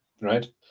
right